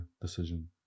decision